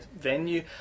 venue